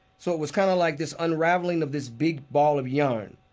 so it was kind of like this unraveling of this big ball of yarn,